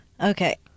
okay